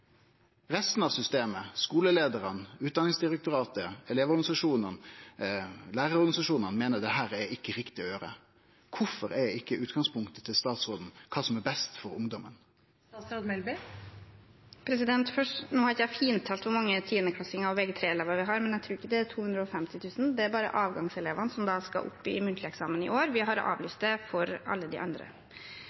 Resten av systemet – skuleleiarane, Utdanningsdirektoratet, elevorganisasjonane, lærarorganisasjonane – meiner at dette ikkje er riktig å gjere. Kvifor er ikkje utgangspunktet til statsråden kva som er best for ungdomen? Nå har ikke jeg fintelt hvor mange tiendeklassinger og vg3-elever vi har, men jeg tror ikke det er 250 000. Det er bare avgangselevene som skal opp i muntlig eksamen i år. Vi har avlyst det for alle de andre.